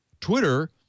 Twitter